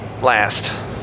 last